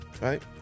right